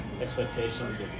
expectations